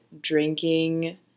drinking